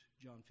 John